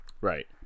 Right